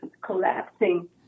collapsing